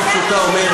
מי